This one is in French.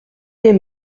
des